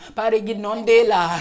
Pariginondela